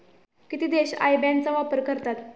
किती देश IBAN चा वापर करतात?